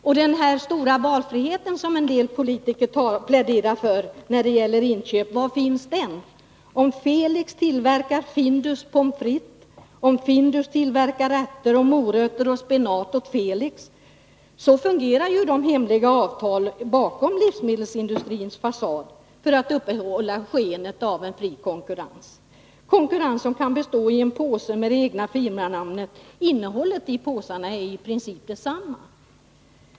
Och den här stora valfriheten som man på sina håll pläderar för när det gäller inköp, var finns den, om Felix tillverkar pommes frites åt Findus och Findus producerar ärter, morötter och spenat åt Felix? Så fungerar ju de hemliga avtalen bakom livsmedelsindustrins fasad, vilka har tillkommit för att upprätthålla skenet av fri konkurrens — konkurrens som kan bestå i en påse med annat firmanamn men där innehållet är i princip detsamma.